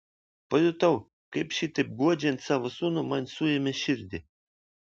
pajutau kaip šitaip guodžiant savo sūnų man suėmė širdį